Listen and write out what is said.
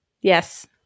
Yes